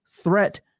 threat